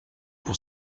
pour